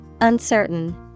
Uncertain